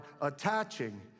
attaching